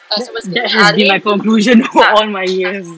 that that has been my conclusion all my years